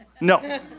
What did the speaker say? No